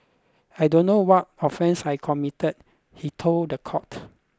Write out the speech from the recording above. I don't know what offence I committed he told the court